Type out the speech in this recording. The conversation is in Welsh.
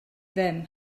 ddim